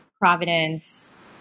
providence